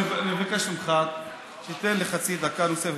אני מבקש ממך שתיתן לי חצי דקה נוספת,